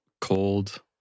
cold